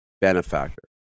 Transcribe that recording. benefactor